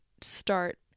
start